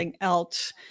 else